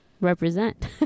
represent